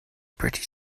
pretty